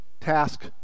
task